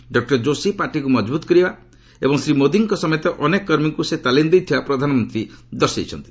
doctor Joshi ପାର୍ଟିକୁ ମଜବୁତ କରିବା ଏବଂ ଶ୍ରୀ ମୋଦିଙ୍କ ସମେତ ଅନେକ କର୍ମୀଙ୍କୁ ସେ ତାଲିମ୍ ଦେଇଥିବା ପ୍ରଧାନମନ୍ତ୍ରୀ ଦର୍ଶାଇଛନ୍ତି